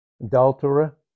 adulterer